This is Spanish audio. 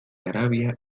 arabia